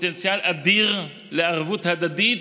פוטנציאל אדיר לערבות הדדית,